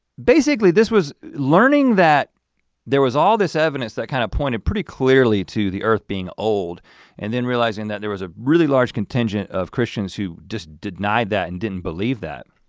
basically this was learning that there was all this evidence that kind of pointed pretty clearly to the earth being old and then realizing that there was a really large contingent of christians who just denied that and didn't believe that.